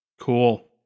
Cool